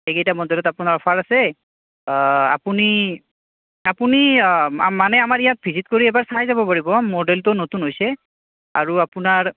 এইকেইটা মডেলত আপোনাৰ অফাৰ আছে আপুনি আপুনি মানে আমাৰ ইয়াত ভিজিট কৰি এবাৰ চাই যাব পাৰিব মডেলটো নতুন হৈছে আৰু আপোনাৰ